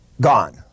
gone